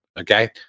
Okay